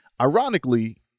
Ironically